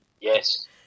Yes